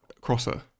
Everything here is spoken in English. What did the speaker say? crosser